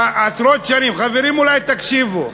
בעשרות השנים, חברים, אולי תקשיבו.